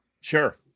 Sure